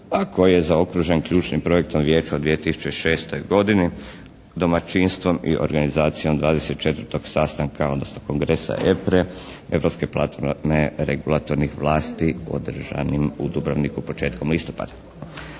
a koji je zaokružen ključnim projektom vijeću u 2006. godini, domaćinstvom i organizacijom 24. sastanka, odnosno kongresa EPRE, europske … /Ne razumije se./ … regulatornih vlasti održanim u Dubrovniku početkom listopada.